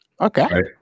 Okay